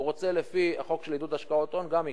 הוא רוצה לפי החוק של עידוד השקעות הון, גם ייקח,